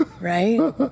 Right